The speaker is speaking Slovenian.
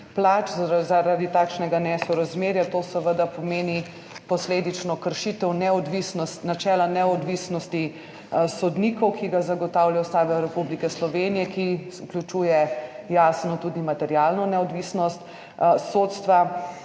plač, zaradi takšnega nesorazmerja. To seveda posledično pomeni kršitev načela neodvisnosti sodnikov, ki ga zagotavlja Ustava Republike Slovenije, ki vključuje, jasno, tudi materialno neodvisnost sodstva.